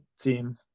team